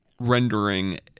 rendering